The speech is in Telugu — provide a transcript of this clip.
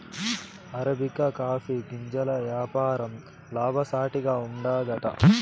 అరబికా కాఫీ గింజల యాపారం లాభసాటిగా ఉండాదట